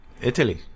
Italy